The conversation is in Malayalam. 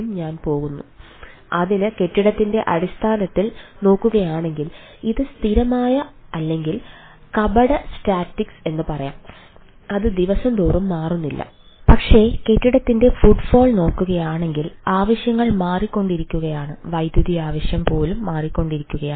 ട്രാഫിക് എന്ന് പറയാം അത് ദിവസം തോറും മാറുന്നില്ല പക്ഷേ കെട്ടിടത്തിന്റെ ഫുട്ഫാൾ നോക്കുകയാണെങ്കിൽ ആവശ്യങ്ങൾ മാറിക്കൊണ്ടിരിക്കുകയാണ് വൈദ്യുതി ആവശ്യം പോലും മാറിക്കൊണ്ടിരിക്കുകയാണ്